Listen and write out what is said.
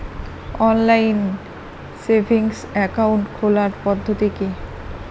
Online savings account খোলার পদ্ধতি কি?